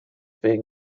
being